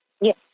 Yes